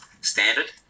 standard